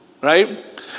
right